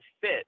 fit